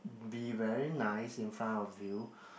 be very nice in front of you